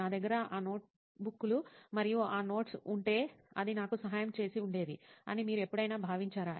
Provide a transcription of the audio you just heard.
నా దగ్గర ఆ నోట్బుక్లు మరియు ఆ నోట్స్ ఉంటే అది నాకు సహాయం చేసి ఉండేది అని మీరు ఎప్పుడైనా భావించారా